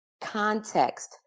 context